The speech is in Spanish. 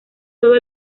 todo